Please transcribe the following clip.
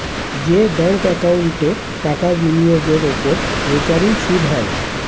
যে ব্যাঙ্ক একাউন্টে টাকা বিনিয়োগের ওপর রেকারিং সুদ হয়